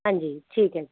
ਹਾਂਜੀ ਠੀਕ ਹੈ ਜੀ